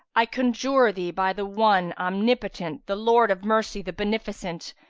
i conjure thee by the one, omnipotent, the lord of mercy, the beneficent!